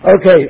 Okay